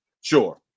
sure